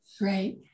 Right